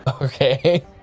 okay